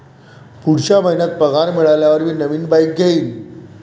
पुढच्या महिन्यात पगार मिळाल्यावर मी नवीन बाईक घेईन